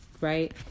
right